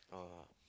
uh